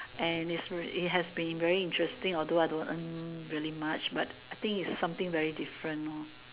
and is really it has been very interesting although I don't earn really much but I think is something very different lor